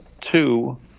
two